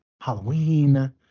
Halloween